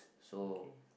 so